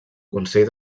consell